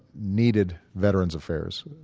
needed veterans affairs